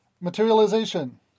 materialization